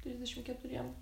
trisdešimt keturiem